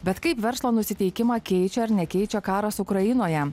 bet kaip verslo nusiteikimą keičia ar nekeičia karas ukrainoje